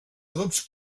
adobs